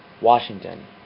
Washington